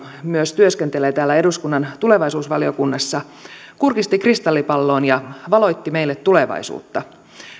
myös työskentelee täällä eduskunnan tulevaisuusvaliokunnassa kurkisti kristallipalloon ja valotti meille tulevaisuutta